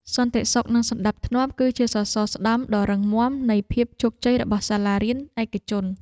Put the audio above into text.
សន្តិសុខនិងសណ្តាប់ធ្នាប់គឺជាសសរស្តម្ភដ៏រឹងមាំនៃភាពជោគជ័យរបស់សាលារៀនឯកជន។